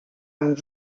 amb